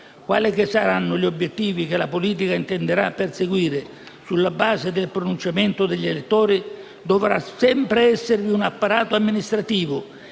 Quali che saranno gli obiettivi che la politica intenderà perseguire sulla base del pronunciamento degli elettori, dovrà sempre esservi un apparato amministrativo